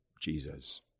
Jesus